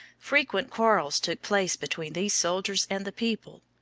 frequent quarrels took place between these soldiers and the people.